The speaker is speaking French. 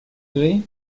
gré